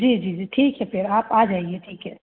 जी जी ठीक है फिर आप जाइए ठीक है